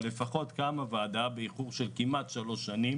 לפחות קמה ועדה באיחור של כמעט שלוש שנים